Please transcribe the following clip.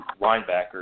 linebacker